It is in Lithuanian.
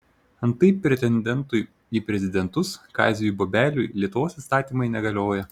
antai pretendentui į prezidentus kaziui bobeliui lietuvos įstatymai negalioja